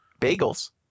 bagels